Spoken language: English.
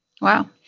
wow